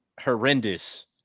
horrendous